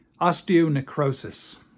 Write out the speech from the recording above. Osteonecrosis